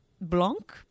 Blanc